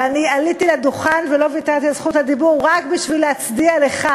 ואני עליתי לדוכן ולא ויתרתי על רשות הדיבור רק בשביל להצדיע לך.